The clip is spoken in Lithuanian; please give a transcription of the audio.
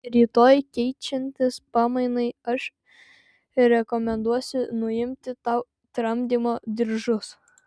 rytoj keičiantis pamainai aš rekomenduosiu nuimti tau tramdymo diržus